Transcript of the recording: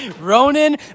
Ronan